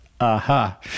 Aha